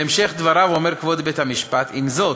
בהמשך דבריו אומר כבוד בית-המשפט: "עם זאת,